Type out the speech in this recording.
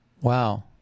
Wow